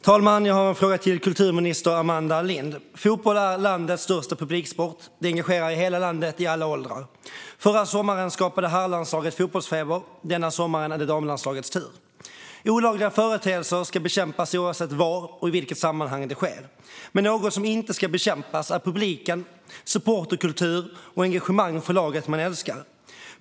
Fru talman! Jag har en fråga till kulturminister Amanda Lind. Fotboll är landets största publiksport. Den engagerar i hela landet och i alla åldrar. Förra sommaren skapade herrlandslaget fotbollsfeber, denna sommar är det damlandslagets tur. Olagliga företeelser ska bekämpas oavsett var och i vilket sammanhang de förekommer. Något som dock inte ska bekämpas är publiken, supporterkulturen och engagemanget för laget man älskar.